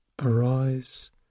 Arise